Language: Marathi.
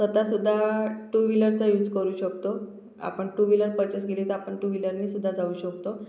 स्वतः सुद्धा टू विलरचा यूच करू शकतो आपण टू विलर पर्चेस केली तर आपण टू विलरनी सुद्धा जाऊ शकतो